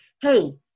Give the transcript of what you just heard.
hey